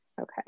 okay